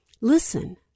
Listen